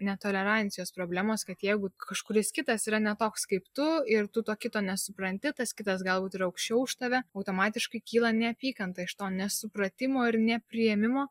netolerancijos problemos kad jeigu kažkuris kitas yra ne toks kaip tu ir tu to kito nesupranti tas kitas galbūt yra aukščiau už tave automatiškai kyla neapykanta iš to nesupratimo ir nepriėmimo